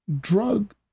drug